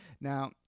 Now